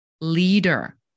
leader